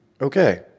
okay